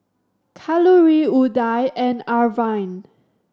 Kalluri Udai and Arvind